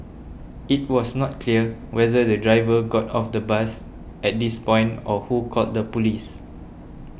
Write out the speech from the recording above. it was not clear whether the driver got off the bus at this point or who called the police